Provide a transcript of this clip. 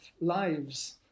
lives